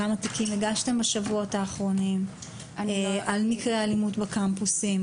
כמה תיקים הגשתם בשבועות האחרונים על מקרי האלימות בקמפוסים?